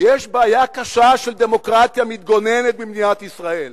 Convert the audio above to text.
יש בעיה קשה של דמוקרטיה מתגוננת במדינת ישראל.